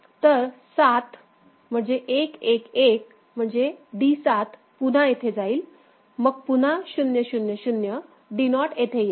तर 7 1 1 1 D7 पुन्हा येथे जाईल मग पुन्हा 0 0 0 D नॉट येथे येईल